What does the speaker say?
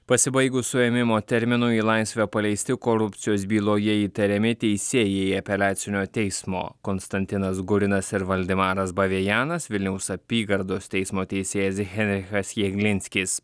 pasibaigus suėmimo terminui į laisvę paleisti korupcijos byloje įtariami teisėjai apeliacinio teismo konstantinas gurinas ir valdemaras bavėjanas vilniaus apygardos teismo teisėjas henrichas jeglinskis